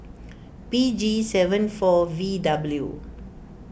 P G seven four V W